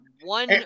one